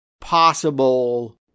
possible